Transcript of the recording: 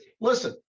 listen